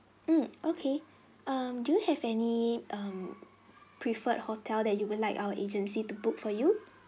mm okay um do you have any um preferred hotel that you would like our agency to book for you